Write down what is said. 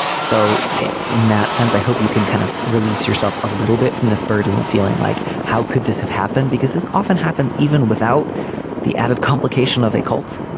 so in that sense i hope you can kind of release yourself a little bit from this burden of feeling like how could this have happened. because as often happens even without the added complication of a cult.